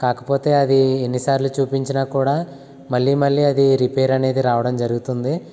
కాకపోతే అది ఎన్నిసార్లు చూపించినా కూడా మళ్ళీ మళ్ళీ అది రిపేర్ అనేది రావడం జరుగుతోంది